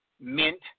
mint